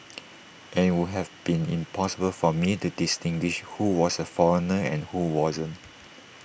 and IT would have been impossible for me to distinguish who was A foreigner and who wasn't